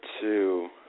two